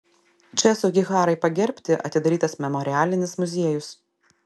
č sugiharai pagerbti atidarytas memorialinis muziejus